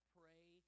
pray